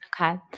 Okay